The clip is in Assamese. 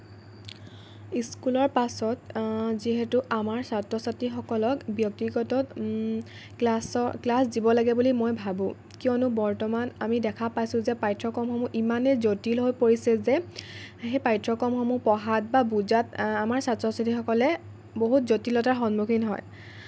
স্কুলৰ পাছত যিহেতু আমাৰ ছাত্ৰ ছাত্ৰীসকলক ব্যক্তিগত ক্লাছৰ ক্লাছ দিব লাগে বুলি মই ভাবোঁ কিয়নো আমি দেখা পাইছোঁ যে পাঠ্যক্ৰমসমূহ ইমানেই জটিল হৈ পৰিছে যে সেই পাঠ্যক্ৰমসমূহ পঢ়াত বা বুজাত আমাৰ ছাত্ৰ ছাত্ৰীসকলে বহুত জটিলতাৰ সন্মুখীন হয়